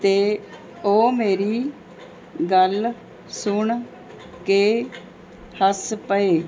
ਅਤੇ ਉਹ ਮੇਰੀ ਗੱਲ ਸੁਣ ਕੇ ਹੱਸ ਪਏ